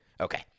Okay